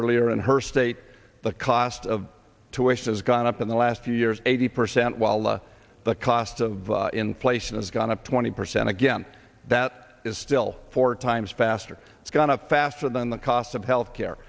earlier in her state the cost of tuition has gone up in the last few years eighty percent while the cost of inflation has gone up twenty percent again that is still four times faster it's going to faster than the cost of health care